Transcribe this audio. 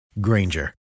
Granger